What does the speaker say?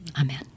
amen